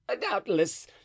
doubtless